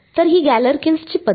तर ही गॅलेरकिन्स ची पद्धत आहे